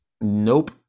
nope